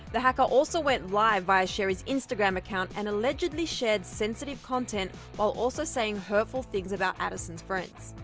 the hacker also went live via sheri's instagram account and allegedly shared sensitive content while also saying hurtful things about addison's friends.